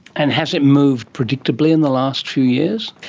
and has it moved predictably in the last few years?